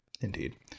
indeed